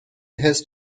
his